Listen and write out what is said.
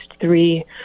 three